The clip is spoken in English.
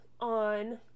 on